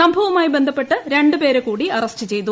സംഭവവുമായി ബന്ധപ്പെട്ട് രണ്ട് പേരെക്കൂടി അറസ്റ്റ് ചെയ്തു